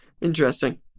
interesting